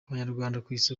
abanyarwandakazi